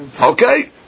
Okay